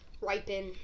ripen